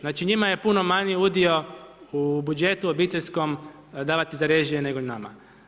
Znači njima je puno manji udio u budžetu obiteljskom davati za režije nego nama.